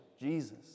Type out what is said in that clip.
Jesus